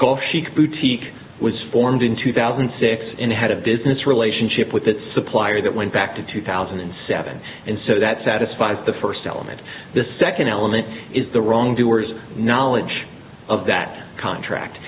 chic boutique was formed in two thousand and six and had a business relationship with its supplier that went back to two thousand and seven and so that satisfies the first element the second element is the wrongdoers knowledge of that contract